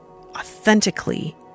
authentically